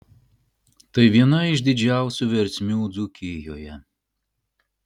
tai viena iš didžiausių versmių dzūkijoje